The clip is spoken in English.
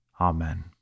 Amen